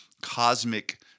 cosmic